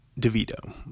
DeVito